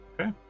Okay